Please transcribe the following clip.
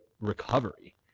recovery